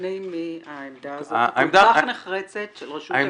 בפני מי העמדה הזאת כל כך נחרצת, של רשות המיסים?